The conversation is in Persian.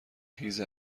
هیز